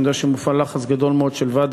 שאני יודע שמופעל בהם לחץ גדול מאוד של ועד